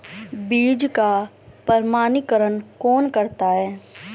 बीज का प्रमाणीकरण कौन करता है?